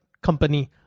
company